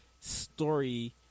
story